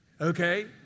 Okay